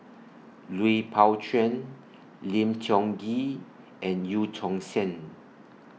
Lui Pao Chuen Lim Tiong Ghee and EU Tong Sen